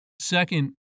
Second